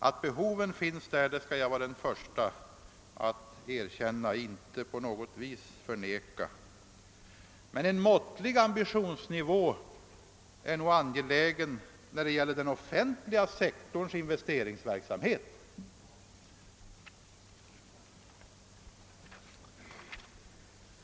Att behoven finns skall ingen förneka, inte jag och ingen annan, men en måttlig ambitionsnivå är nog angelägen när det gäller den offentliga sektorns investeringsverksamhet.